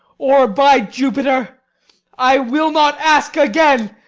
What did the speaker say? or, by jupiter i will not ask again.